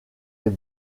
est